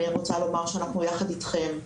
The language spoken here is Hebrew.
אני רוצה לומר שאנחנו יחד איתכם,